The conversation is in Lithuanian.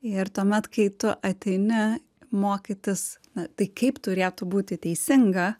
ir tuomet kai tu ateini mokytis tai kaip turėtų būti teisinga